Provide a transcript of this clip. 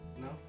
No